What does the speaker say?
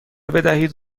بدهید